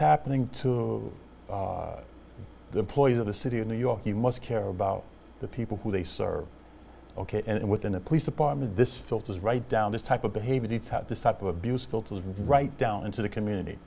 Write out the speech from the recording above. happening to the employees of the city of new york you must care about the people who they serve ok and within a police department this filters right down this type of behavior that this type of abuse filters right down into the community